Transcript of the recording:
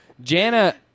Jana